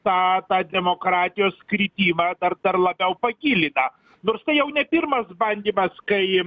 tą tą demokratijos kritimą dar dar labiau pagilina nors tai jau ne pirmas bandymas kai